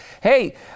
hey